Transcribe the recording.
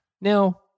Now